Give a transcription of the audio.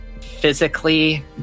physically